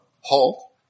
halt